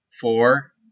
Four